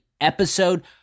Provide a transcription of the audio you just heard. episode